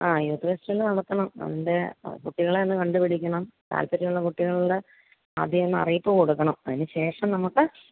ആ youth festival നടത്തണം അതിൻ്റെ കുട്ടികളെയൊന്ന് കണ്ട് പിടിക്കണം താല്പര്യമുള്ള കുട്ടികളോട് ആദ്യം ഒന്ന് അറിയിപ്പ് കൊടുക്കണം അതിന് ശേഷം നമുക്ക്